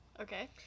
okay